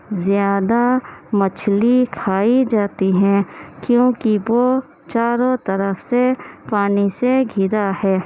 زیادہ مچھلی کھائی جاتی ہیں کیونکہ وہ چاروں طرف سے پانی سے گھرا ہے